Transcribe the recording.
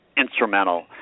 instrumental